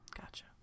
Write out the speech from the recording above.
Gotcha